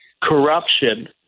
corruption